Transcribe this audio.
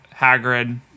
Hagrid